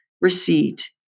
receipt